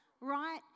right